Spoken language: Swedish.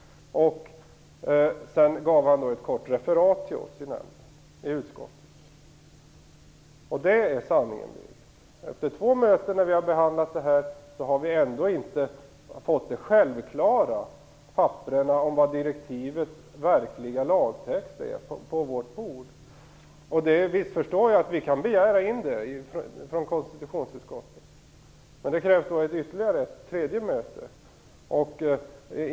Sedan gav han ett kort referat till oss i utskottet. Det är samrådet. Efter två möten när vi har behandlat den här frågan har vi ännu inte fått de självklara papprena om direktivets verkliga lagtext på vårt bord. Visst förstår jag att vi kan begära in det från konstitutionsutskottet. Men det kräver ett ytterligare, ett tredje möte.